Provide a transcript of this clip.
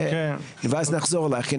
ואז נחזור אליך.